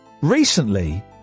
Recently